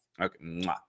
Okay